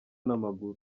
n’amaguru